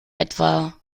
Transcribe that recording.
etwa